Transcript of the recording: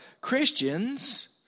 Christians